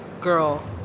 girl